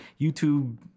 YouTube